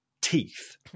teeth